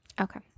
Okay